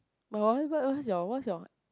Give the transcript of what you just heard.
but what about what's your what's your